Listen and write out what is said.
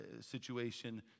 situation